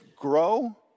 grow